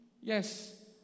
yes